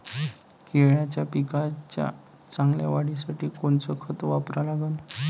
केळाच्या पिकाच्या चांगल्या वाढीसाठी कोनचं खत वापरा लागन?